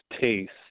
taste